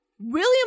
William